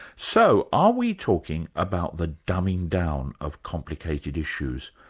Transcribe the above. so are we talking about the dumbing down of complicated issues,